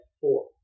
four